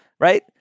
right